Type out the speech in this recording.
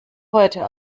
heute